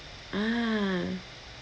ah